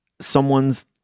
someone's